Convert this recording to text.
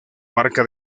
marca